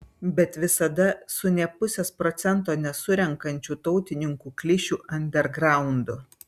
bet visada su nė pusės procento nesurenkančių tautininkų klišių andergraundu